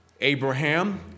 Abraham